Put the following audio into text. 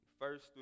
first